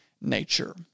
nature